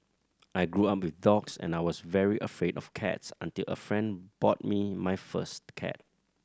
I grew up with dogs and I was very afraid of cats until a friend bought me my first cat